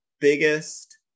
biggest